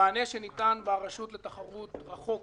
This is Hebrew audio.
המענה שניתן ברשות לתחרות רחוק